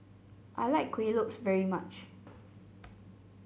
I like Kueh Lopes very much